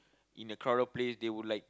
in a crowded place they would like